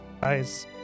Guys